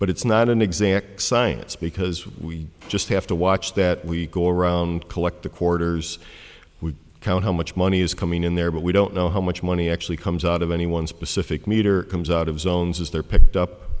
but it's not an exact science because we just have to watch that we go around collect reporters would count how much money is coming in there but we don't know how much money actually comes out to anyone specific meter comes out his own sister picked up